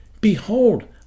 Behold